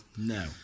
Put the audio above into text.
No